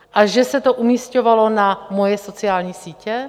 A že se to umísťovalo na moje sociální sítě?